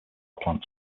plant